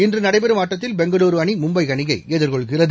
இன்று நடைபெறும் ஆட்டத்தில் பெங்களூரு அணி மும்பை அணியை எதிர்கொள்கிறது